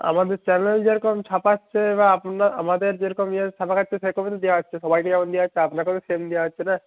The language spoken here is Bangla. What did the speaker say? আমাদের চ্যানেল যেরকম ছাপাচ্ছে বা আপনার আমাদের যেরকম ইয়ে ছাপা খাচ্ছে সেরকমই তো দেওয়া হচ্ছে সবাইকে যেমন দেওয়া হচ্ছে আপনাকেও তো সেম দেওয়া হচ্ছে না